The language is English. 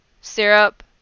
Syrup